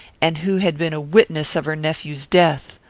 and who had been a witness of her nephew's death.